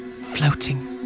Floating